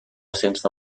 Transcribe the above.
sense